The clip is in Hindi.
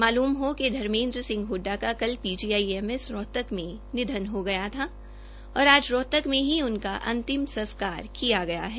मामूल हो कि धर्मेद्र सिंह हडडा का कल पीजीआईएमएस रोहतक में निधन हो गया था और आज रोहतक मे ही उनका संस्कार किया गया है